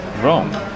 wrong